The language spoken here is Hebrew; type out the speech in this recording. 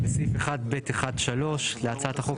בסעיף 1(ב1)(3) להצעת החוק,